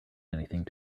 anything